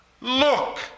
Look